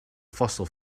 fossil